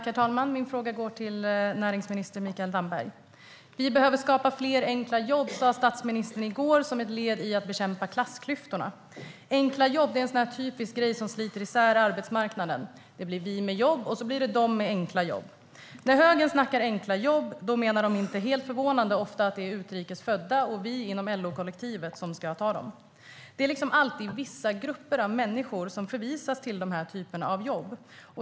Herr talman! Min fråga går till näringsminister Mikael Damberg. Vi behöver skapa fler enkla jobb, sa statsministern i går, som ett led i att bekämpa klassklyftorna. Enkla jobb är en typisk grej som sliter isär arbetsmarknaden. Det blir vi med jobb, och så blir det de med enkla jobb. När högern snackar om enkla jobb menar de, inte helt förvånande, ofta att det är utrikes födda och vi inom LO-kollektivet som ska ta dessa jobb. Det är liksom alltid vissa grupper av människor som förvisas till den här typen av jobb.